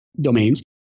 domains